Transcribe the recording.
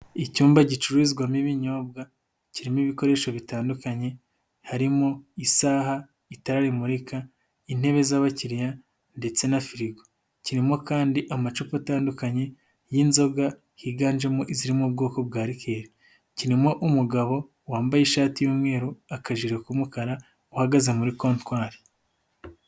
Icyumba gicururizwamo ibinyobwa kirimo ibikoresho bitandukanye harimo isaha, itara rimurika, intebe z'abakiriya ndetse na firigo, kirimo kandi amacupa atandukanye y'inzoga higanjemo iziri mu bwoko bwa rikeri, kirimo umugabo wambaye ishati y'umweru, akajiri k'umukara uhagaze muri kontwari.